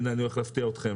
הנה, אני הולך להפתיע אתכם.